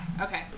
Okay